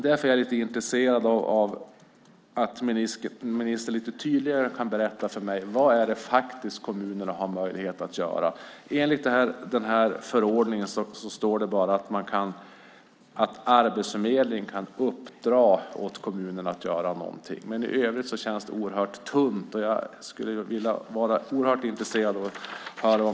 Därför är jag intresserad av att ministern lite tydligare kan berätta för mig vad kommunerna faktiskt har möjlighet att göra. I förordningen står det bara att Arbetsförmedlingen kan uppdra åt kommunen att göra någonting, men i övrigt känns det oerhört tunt.